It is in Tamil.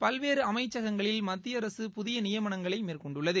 பல்வேறு அமைச்சகங்களில் மத்திய அரசு புதிய நியமனங்களை மேற்கொண்டுள்ளது